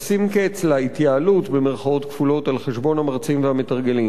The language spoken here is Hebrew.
לשים קץ ל"התייעלות" על חשבון המרצים והמתרגלים.